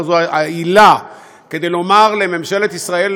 אבל זו הייתה העילה כדי לומר לממשלת ישראל